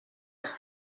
els